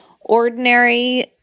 ordinary